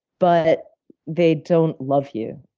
but they don't love you.